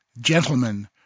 Gentlemen